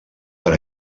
per